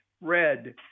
red